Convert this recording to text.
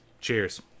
Cheers